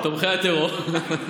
תומכי הטרור.